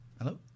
hello